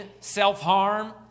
self-harm